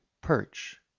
perch